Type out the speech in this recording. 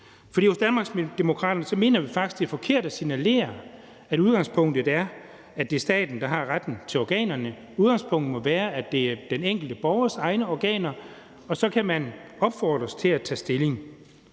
for hos Danmarksdemokraterne mener vi faktisk, at det er forkert at signalere, at udgangspunktet er, at det er staten, der har retten til organerne. Udgangspunktet må være, at det er den enkelte borgers egne organer, og så kan man opfordres til at tage stilling.